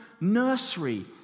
nursery